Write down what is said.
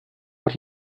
what